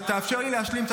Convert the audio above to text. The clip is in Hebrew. אני מבקש לרדת.